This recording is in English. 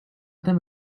them